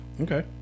Okay